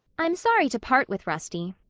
i'm sorry to part with rusty,